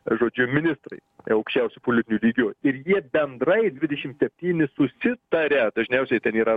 ar žodžiu ministrai aukščiausiu politiniu lygiu ir jie bendrai dvidešim septyni susitaria dažniausiai ten yra